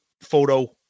photo